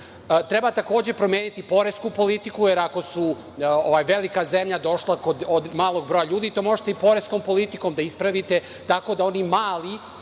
treba promeniti poresku politiku, jer ako je velika zemlja došla kod malog broja ljudi, to možete i poreskom politikom da ispravite tako da oni mali